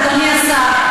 אדוני השר,